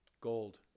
Gold